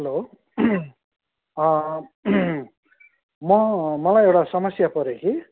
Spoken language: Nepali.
हेलो म मलाई एउटा समस्या पऱ्यो कि